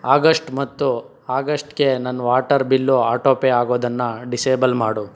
August ಮತ್ತು ಆಗಷ್ಟ್ಗೆ ನನ್ನ ವಾಟರ್ ಬಿಲ್ಲು ಆಟೋ ಪೇ ಆಗೋದನ್ನು ಡಿಸೇಬಲ್ ಮಾಡು